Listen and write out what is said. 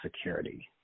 security